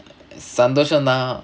சந்தோஷம்தான்:santhoshamthaan